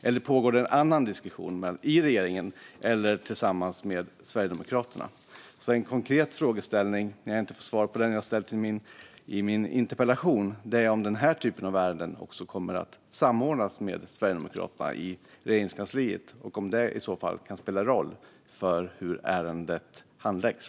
Eller pågår det en annan diskussion i regeringen eller tillsammans med Sverigedemokraterna? Eftersom jag inte har fått svar på min konkreta fråga i interpellationen undrar jag om den här typen av ärenden också kommer att samordnas med Sverigedemokraterna i Regeringskansliet. Spelar det i så fall någon roll för hur ärendet handläggs?